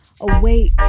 Awake